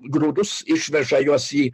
grūdus išveža juos į